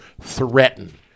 threaten